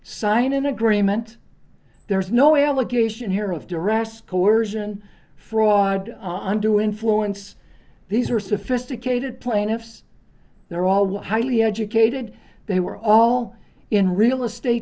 sign an agreement there's no allegation here of duress coersion fraud onto influence these are sophisticated plaintiffs they're all highly educated they were all in real estate